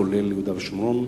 כולל יהודה ושומרון,